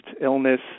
illness